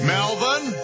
Melvin